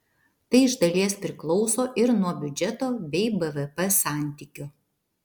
tai iš dalies priklauso ir nuo biudžeto bei bvp santykio